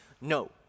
no